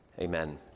amen